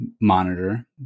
monitor